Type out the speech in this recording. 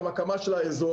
יש הקמה של האזור,